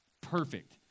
perfect